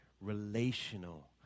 relational